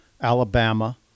Alabama